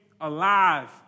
alive